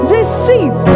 receive